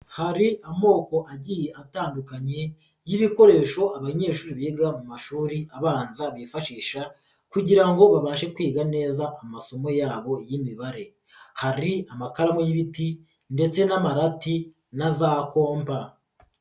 Hari amoko agiye atandukanye y'ibikoresho abanyeshuri biga mu mashuri abanza bifashisha kugira ngo babashe kwiga neza amasomo yabo y'imibare, hari amakaramu y'ibiti ndetse n'amarati na za kompa.